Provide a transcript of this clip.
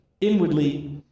inwardly